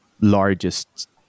largest